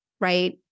right